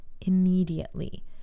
immediately